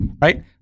right